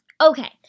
Okay